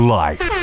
life